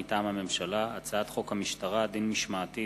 מטעם הממשלה: הצעת חוק המשטרה (דין משמעתי,